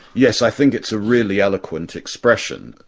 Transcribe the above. yes, i think it's a really eloquent expression.